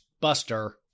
Buster